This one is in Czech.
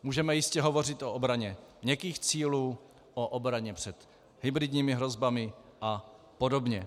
Můžeme jistě hovořit o obraně měkkých cílů, o obraně před hybridními hrozbami apod.